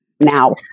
now